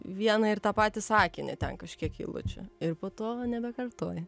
vieną ir tą patį sakinį ten kažkiek eilučių ir po to nebekartoji